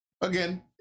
Again